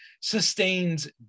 sustains